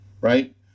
Right